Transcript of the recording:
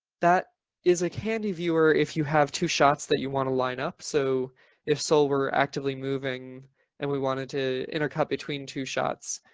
that is a handy viewer if you have two shots that you want to line up. so if soul were actively moving and we wanted to intercut between two shots,